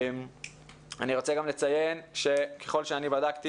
אני רוצה גם לציין שככל שאני בדקתי,